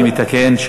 אני מתקן,